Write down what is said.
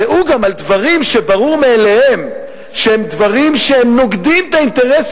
והוא גם על דברים שברור מאליהם שהם נוגדים את האינטרס